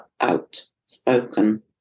outspoken